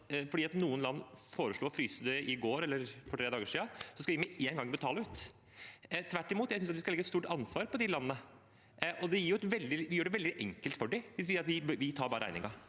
fordi noen land foreslo å fryse støtten i går eller for tre dager siden, skal vi med en gang betale ut. Tvert imot synes jeg at vi skal legge et stort ansvar på de landene. Vi gjør det veldig enkelt for dem hvis vi sier at vi bare tar regningen.